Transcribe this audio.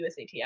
USATF